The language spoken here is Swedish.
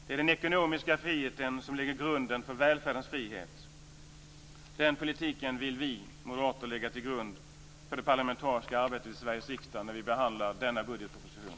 Det är den ekonomiska friheten som lägger grunden för välfärdens frihet. Den politiken vill vi moderater lägga till grund för det parlamentariska arbetet i Sveriges riksdag när vi behandlar denna budgetproposition.